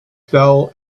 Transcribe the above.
fell